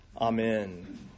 Amen